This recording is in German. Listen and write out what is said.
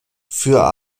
für